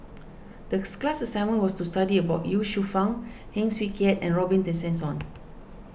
decks class assignment was to study about Ye Shufang Heng Swee Keat and Robin Tessensohn